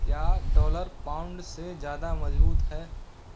क्या dollar pound से ज़्यादा मजबूत है